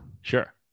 Sure